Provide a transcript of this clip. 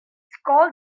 called